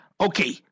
okay